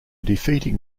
defeating